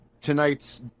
tonight's